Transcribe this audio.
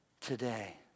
today